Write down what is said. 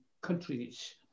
countries